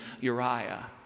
Uriah